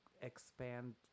expand